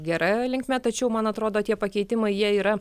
gera linkme tačiau man atrodo tie pakeitimai jie yra